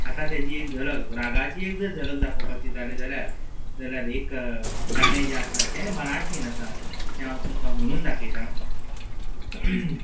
आतां तेजी एक झलक रागाची एक जर झलक दाखोवपाची जाली जाल्यार जाल्यार एक गाणें जें आसा तें मराठीन आसा तें हांव तुमकां म्हणून दाखयतां